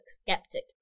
skeptic